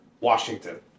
Washington